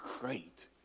great